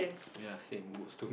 ya same